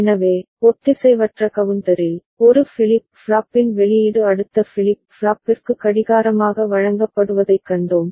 எனவே ஒத்திசைவற்ற கவுண்டரில் ஒரு ஃபிளிப் ஃப்ளாப்பின் வெளியீடு அடுத்த ஃபிளிப் ஃப்ளாப்பிற்கு கடிகாரமாக வழங்கப்படுவதைக் கண்டோம்